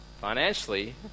financially